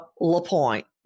LaPointe